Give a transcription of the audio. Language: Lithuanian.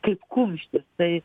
kaip kumštis tai